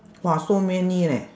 [wah] so many leh